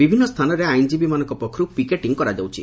ବିଭିନ୍ନ ସ୍ଥାନରେ ଆଇନ୍ଜୀବୀମାନଙ୍ ପକ୍ଷରୁ ପିକେଟିଂ କରାଯାଉଛି